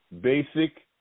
basic